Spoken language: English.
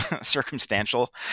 circumstantial